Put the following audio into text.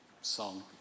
song